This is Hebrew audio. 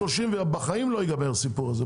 בחיים לא ייגמר הסיפור הזה.